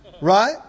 Right